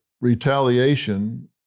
retaliation